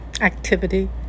activity